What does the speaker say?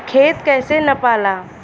खेत कैसे नपाला?